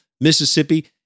Mississippi